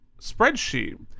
spreadsheet